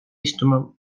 istuma